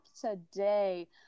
today